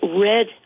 Red